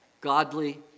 godly